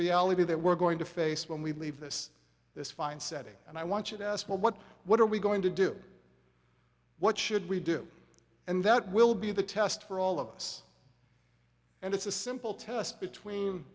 reality that we're going to face when we leave this this fine city and i want you to ask what what are we going to do what should we do and that will be the test for all of us and it's a simple test between